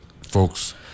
folks